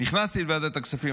נכנסתי לוועדת הכספים,